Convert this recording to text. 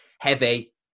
heavy